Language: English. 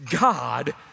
God